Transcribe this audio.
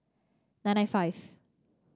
nine nine five